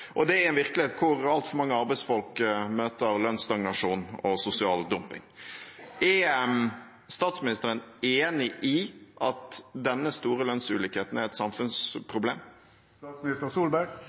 og det i en virkelighet hvor altfor mange arbeidsfolk møter lønnsstagnasjon og sosial dumping. Er statsministeren enig i at denne store lønnsulikheten er et